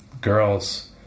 girls